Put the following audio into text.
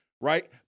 right